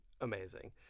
amazing